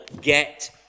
get